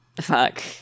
fuck